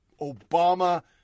Obama